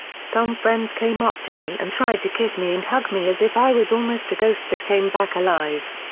some friends came up to me and tried to kiss me and hug me as if i was almost a ghost that came back alive.